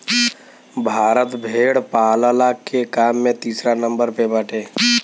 भारत भेड़ पालला के काम में तीसरा नंबर पे बाटे